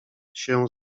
się